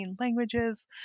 languages